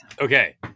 Okay